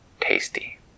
tasty